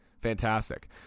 Fantastic